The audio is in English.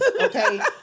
Okay